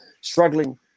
struggling